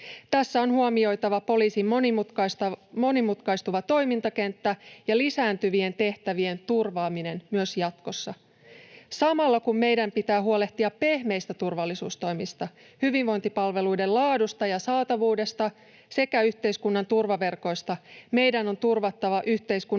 Tässä on huomioitava poliisin monimutkaistuva toimintakenttä ja lisääntyvien tehtävien turvaaminen myös jatkossa. Samalla kun meidän pitää huolehtia pehmeistä turvallisuustoimista — hyvinvointipalveluiden laadusta ja saatavuudesta sekä yhteiskunnan turvaverkoista — meidän on turvattava yhteiskunnan